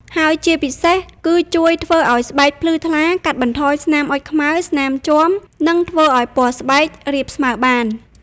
ហើយជាពិសេសគឺជួយធ្វើឲ្យស្បែកភ្លឺថ្លា កាត់បន្ថយស្នាមអុជខ្មៅ ស្នាមជាំ និងធ្វើឲ្យពណ៌ស្បែករាបស្មើបាន។